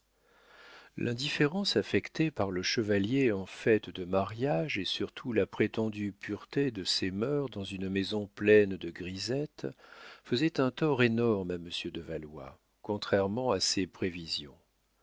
l'indifférence affectée par le chevalier en fait de mariage et surtout la prétendue pureté de ses mœurs dans une maison pleine de grisettes faisaient un tort énorme à monsieur de valois contrairement à ses prévisions